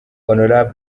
hon